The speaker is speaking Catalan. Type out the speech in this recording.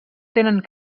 tenen